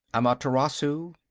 amaterasu,